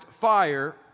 fire